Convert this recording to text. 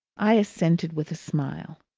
i assented with a smile.